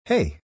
Hey